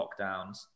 lockdowns